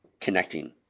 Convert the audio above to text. connecting